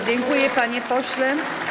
Dziękuję, panie pośle.